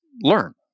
learn